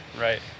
Right